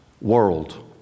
world